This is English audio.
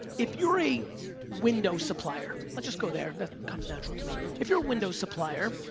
if you're a window supplier, let's just go there. that comes natural to me, if you're a window supplier,